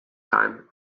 time